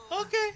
Okay